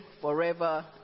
forever